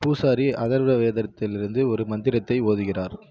பூசாரி அதர்வ வேதரத்திலிருந்து ஒரு மந்திரத்தை ஓதுகிறார்